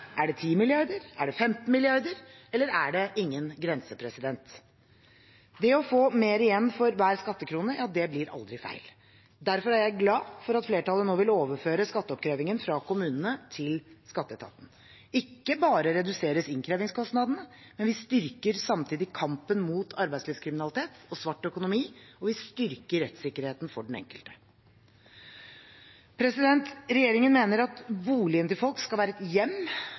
Er det 10 mrd. kr, er det 15 mrd. kr, eller er det ingen grense? Det å få mer igjen for hver skattekrone blir aldri feil. Derfor er jeg glad for at flertallet nå vil overføre skatteoppkrevingen fra kommunene til skatteetaten. Ikke bare reduseres innkrevingskostnadene, men vi styrker samtidig kampen mot arbeidslivskriminalitet og svart økonomi, og vi styrker rettssikkerheten for den enkelte. Regjeringen mener at boligen til folk skal være et hjem